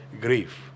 grief